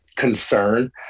Concern